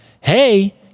hey